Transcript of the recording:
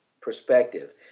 perspective